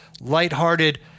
lighthearted